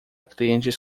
clientes